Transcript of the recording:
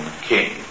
king